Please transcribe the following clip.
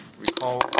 recall